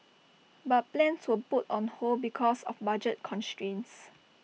but plans were put on hold because of budget constraints